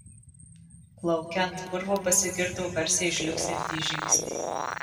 lauke ant purvo pasigirdo garsiai žliugsintys žingsniai